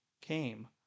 came